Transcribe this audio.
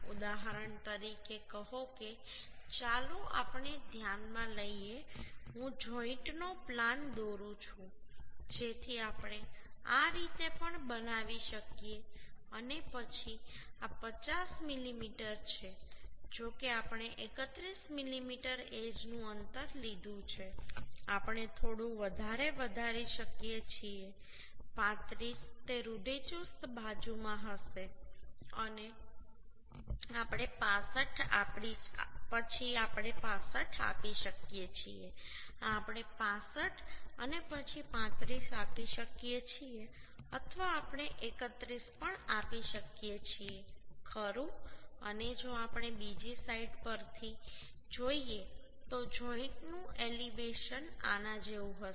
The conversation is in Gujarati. ઉદાહરણ તરીકે કહો કે ચાલો આપણે આને ધ્યાનમાં લઈએ હું જોઈન્ટનો પ્લાન દોરું છું જેથી આપણે આ રીતે પણ બનાવી શકીએ અને પછી આ 50 મીમી છે જો કે આપણે 31 મીમી એજ નું અંતર લીધું છે આપણે થોડું વધારે વધારી શકીએ છીએ 35 તે રૂઢિચુસ્ત બાજુમાં હશે પછી આપણે 65 આપી શકીએ છીએ આ આપણે 65 અને પછી 35 આપી શકીએ છીએ અથવા આપણે 31 પણ આપી શકીએ છીએ ખરું અને જો આપણે બીજી સાઇટ પરથી જોઈએ તો જોઈન્ટનું એલિવેશન આના જેવું હશે